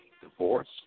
Divorce